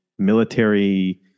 military